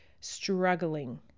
struggling